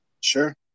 Sure